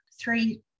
three